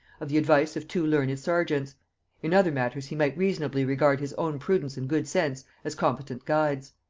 of the advice of two learned serjeants in other matters he might reasonably regard his own prudence and good sense as competent guides.